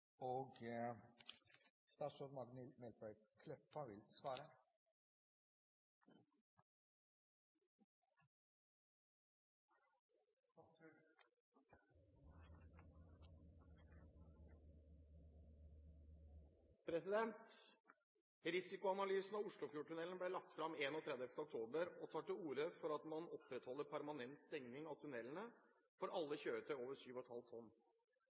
av Oslofjordtunnelen ble lagt fram 31. oktober og tar til orde for at man opprettholder permanent stenging av tunnelen for alle kjøretøy over 7,5 tonn. Dette skaper store utfordringer med økt trafikk i Oslo og